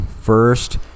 First